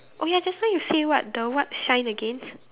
oh ya just now you say what the what shine again